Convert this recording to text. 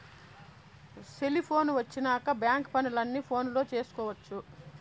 cellphone వచ్చినాక bank పనులు అన్ని ఫోనులో చేసుకొవచ్చు